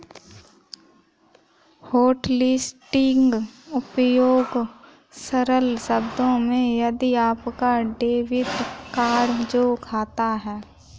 hotlisting उपयोग सरल शब्दों में यदि आपका डेबिट कार्ड खो जाता है